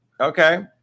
Okay